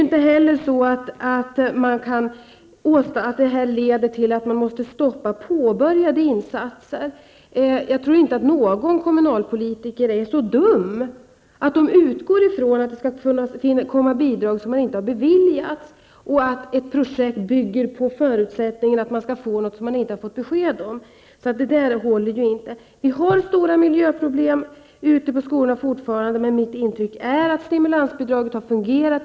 Det här leder inte heller till att man måste stoppa påbörjade insatser. Jag tror inte att någon kommunalpolitiker är så dum att han utgår ifrån att det skall utbetalas bidrag som inte är beviljade eller att han förutsätter att ett projekt bygger på att det skall utbetalas ett bidrag som man inte har fått besked om. Det resonemanget håller alltså inte. Det finns fortfarande stora miljöproblem ute på skolorna, men mitt intryck är att stimulansbidraget har fungerat.